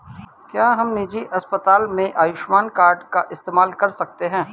क्या हम निजी अस्पताल में आयुष्मान कार्ड का इस्तेमाल कर सकते हैं?